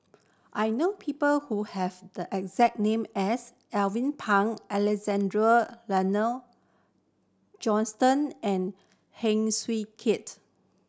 I know people who have the exact name as Alvin Pang Alexander Laurie Johnston and Heng Swee Keat